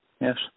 Yes